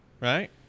right